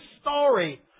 story